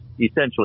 essentially